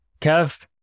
Kev